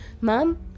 Mom